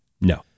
No